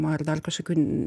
ar dar kažkokių